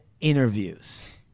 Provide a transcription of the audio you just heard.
interviews